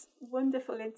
wonderful